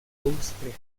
austria